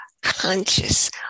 conscious